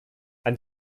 ein